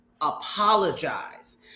apologize